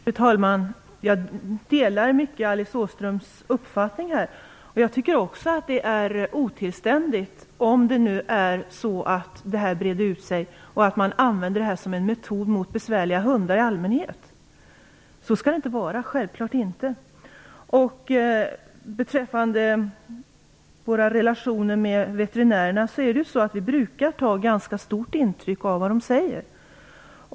Fru talman! Jag delar mycket i Alice Åströms uppfattning. Också jag tycker att det är otillständigt om det är så att användningen av eldressyr breder ut sig och om det används som en metod mot besvärliga hundar i allmänhet. Så skall det inte vara. Självfallet inte. Beträffande våra relationer med veterinärerna brukar vi ta ganska stort intryck av vad de säger.